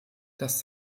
dass